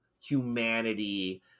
humanity